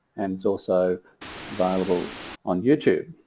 and is also available on youtube.